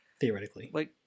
theoretically